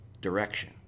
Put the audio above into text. direction